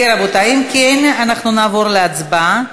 אם כן, אנחנו נעבור להצבעה.